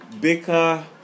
baker